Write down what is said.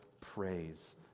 praise